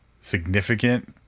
significant